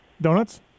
donuts